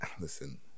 Listen